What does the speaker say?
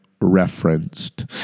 referenced